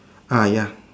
uh ya